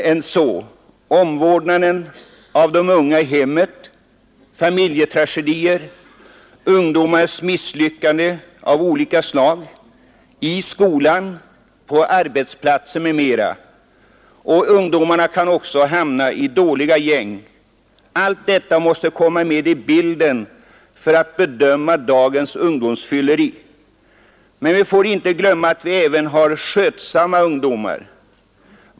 Bristen på omvårdnad av de unga i hemmet, familjetragedier, ungdomars misslyckanden av olika slag, i skolan, på arbetsplatser etc. ; risken att hamna i dåliga gäng — allt detta måste ingå i bilden när man skall bedöma dagens ungdomsfylleri. Men vi får inte glömma att vi även har skötsamma ungdomar.